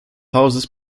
hauses